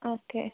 okay